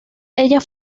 ellas